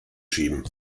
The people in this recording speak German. schieben